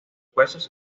huesos